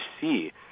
see